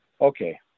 Okay